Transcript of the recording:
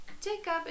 Jacob